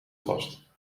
vast